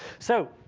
so,